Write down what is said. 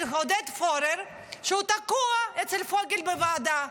שהוא תקוע אצל פוגל בוועדה.